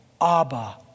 Abba